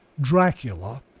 Dracula